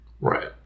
Right